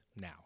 now